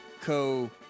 Co